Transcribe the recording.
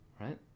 right